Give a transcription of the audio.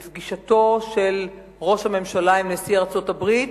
בפגישתו של ראש הממשלה עם נשיא ארצות-הברית,